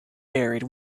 varied